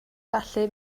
gallu